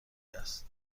است